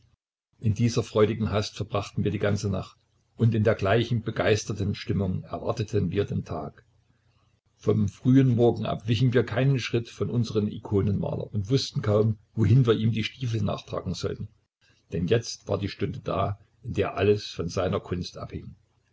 in dieser freudigen hast verbrachten wir die ganze nacht und in der gleichen begeisterten stimmung erwarteten wir den tag vom frühen morgen ab wichen wir keinen schritt von unserem ikonenmaler und wußten kaum wohin wir ihm die stiefel nachtragen sollten denn jetzt war die stunde da in der alles von seiner kunst abhing